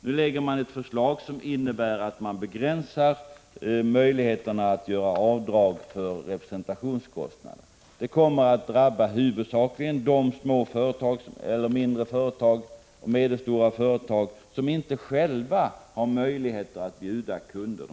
Nu lägger man fram ett förslag som innebär en begränsning av möjligheterna att göra avdrag för representationskostnader. Det kommer att drabba huvudsakligen de mindre och medelstora företag som inte själva har möjlighet att bjuda kunder.